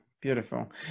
beautiful